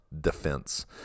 defense